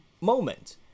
moment